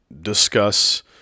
discuss